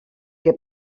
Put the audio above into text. que